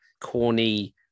corny